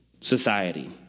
society